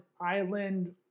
Island